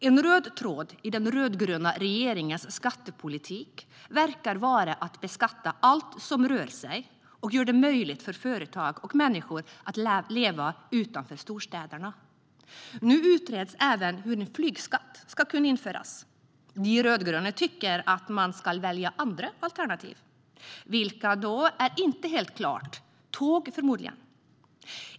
En röd tråd i den rödgröna regeringens skattepolitik verkar vara att beskatta allt som rör sig och som gör det möjligt för företag och människor att leva utanför storstäderna. Nu utreds även hur en flygskatt ska kunna införas. De rödgröna tycker att man bör välja andra alternativ. Vilka är inte helt klart, men förmodligen avses tåg.